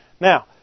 Now